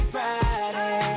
Friday